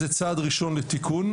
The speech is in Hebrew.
זה צעד ראשון לתיקון.